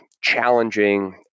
challenging